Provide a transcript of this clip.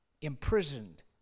imprisoned